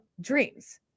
dreams